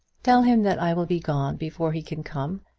tell him that i will be gone before he can come,